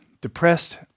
depressed